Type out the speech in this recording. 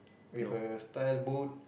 with a style boot